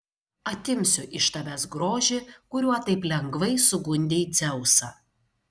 atimsiu iš tavęs grožį kuriuo taip lengvai sugundei dzeusą